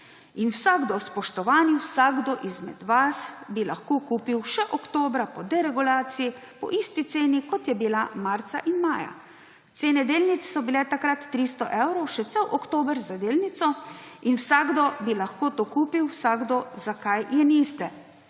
In vsakdo, spoštovani, vsakdo izmed vas bi lahko kupil še oktobra po deregulaciji po isti ceni, kot je bila marca in maja. Cene delnic so bile takrat 300 evrov še cel oktober za delnico in vsakdo bi lahko to kupil. Vsakdo. Zakaj je niste?«.